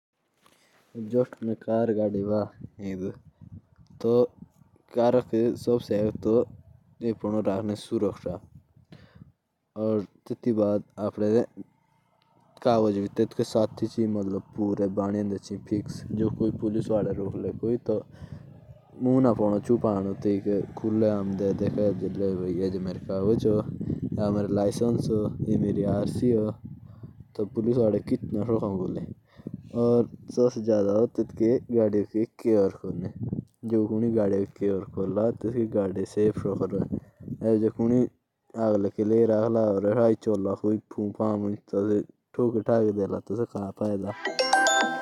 जैसे मेरे पास कर हो तो सबसे पहिले उसके कागज होने चाहिए और उसकी सेफ्टी रखो।